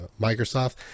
Microsoft